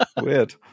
Weird